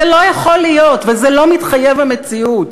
זה לא יכול להיות וזה לא מחויב המציאות.